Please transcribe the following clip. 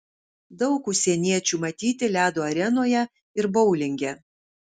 daug užsieniečių matyti ledo arenoje ir boulinge